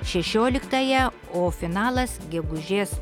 šešioliktąją o finalas gegužės